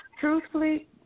truthfully